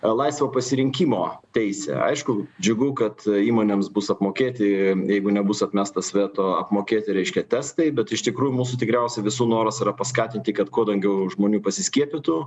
laisvo pasirinkimo teisę aišku džiugu kad įmonėms bus apmokėti jeigu nebus atmestas veto apmokėti reiškia testai bet iš tikrųjų mūsų tikriausiai visų noras yra paskatinti kad kuo daugiau žmonių pasiskiepytų